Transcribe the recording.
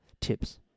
Tips